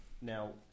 Now